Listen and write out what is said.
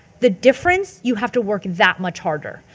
the difference you have to work that much harder.